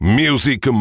music